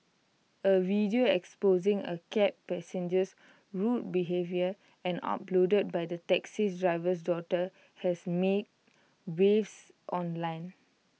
A video exposing A cab passenger's rude behaviour and uploaded by the taxi driver's daughter has made waves online